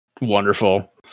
Wonderful